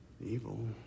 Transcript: evil